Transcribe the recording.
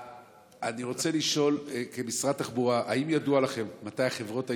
אני רוצה לשאול את משרד התחבורה: האם ידוע לכם מתי החברות הישראליות,